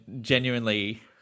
genuinely